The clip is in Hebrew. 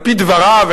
על-פי דבריו,